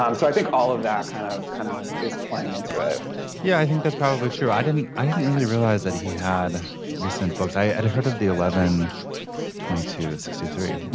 um so i think all of that kind of kind of is playing into it yeah i think that's probably true. i didn't i didn't really realize that he had recent books i i had heard of the eleven twenty to sixty three.